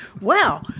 Wow